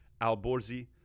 Alborzi